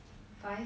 five